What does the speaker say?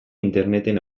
interneten